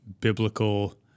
biblical